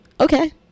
Okay